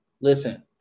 Listen